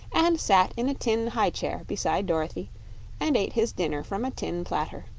and sat in a tin high-chair beside dorothy and ate his dinner from a tin platter.